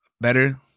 better